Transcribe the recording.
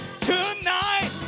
Tonight